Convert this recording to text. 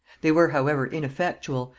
they were however ineffectual,